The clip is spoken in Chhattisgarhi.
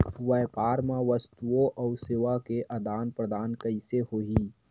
व्यापार मा वस्तुओ अउ सेवा के आदान प्रदान कइसे होही?